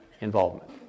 involvement